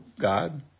God